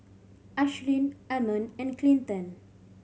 Ashlynn Ammon and Clinton